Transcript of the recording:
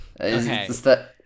Okay